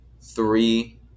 three